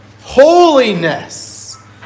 holiness